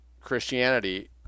Christianity